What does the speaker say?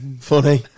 funny